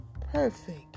perfect